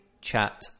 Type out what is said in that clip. chat